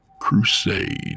crusade